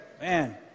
man